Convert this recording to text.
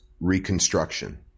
reconstruction